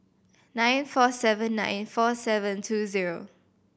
nine four seven nine four seven two zero